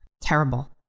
Terrible